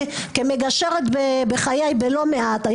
כמגשרת בחיי בלא מעט מקרים,